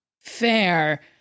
Fair